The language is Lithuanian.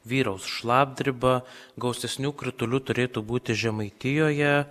vyraus šlapdriba gausesnių kritulių turėtų būti žemaitijoje